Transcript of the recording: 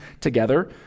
together